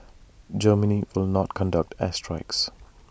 Germany will not conduct air strikes